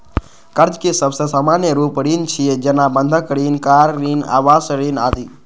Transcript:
कर्ज के सबसं सामान्य रूप ऋण छियै, जेना बंधक ऋण, कार ऋण, आवास ऋण आदि